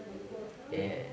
ya